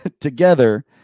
together